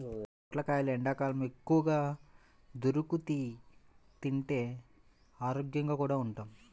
పొట్లకాయలు ఎండ్లకాలంలో ఎక్కువగా దొరుకుతియ్, తింటే ఆరోగ్యంగా కూడా ఉంటాం